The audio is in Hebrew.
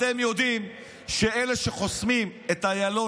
אתם יודעים שאלה שחוסמים את איילון,